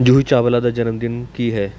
ਜੂਹੀ ਚਾਵਲਾ ਦਾ ਜਨਮਦਿਨ ਕੀ ਹੈ